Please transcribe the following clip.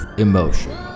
emotion